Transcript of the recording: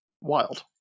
Wild